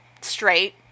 straight